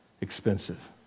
expensive